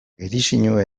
edizioa